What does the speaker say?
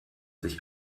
sich